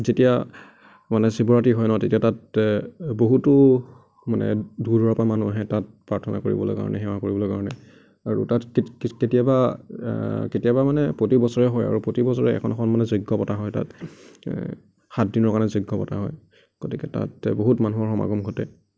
যেতিয়া মানে শিৱৰাতি হয় ন তেতিয়া মানে তাত বহুতো মানে দূৰৰ পৰা মানুহ আহে তাত প্ৰাৰ্থনা কৰিবলৈ কাৰণে সেৱা কৰিবলৈ কাৰণে আৰু তাত কেতিয়াবা কেতিয়াবা মানে প্ৰতি বছৰে হয় আৰু প্ৰতি বছৰে এখন এখন মানে যজ্ঞ পতা হয় তাত সাতদিনৰ কাৰণে তাত যজ্ঞ পতা হয় গতিকে তাত বহুত মানুহৰ সমাগম ঘটে